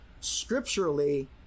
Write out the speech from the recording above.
scripturally